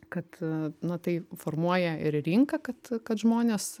kad na tai formuoja ir rinką kad kad žmonės